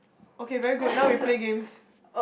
okay very good now we play games